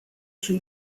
sui